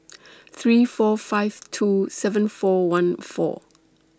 three four five two seven four one four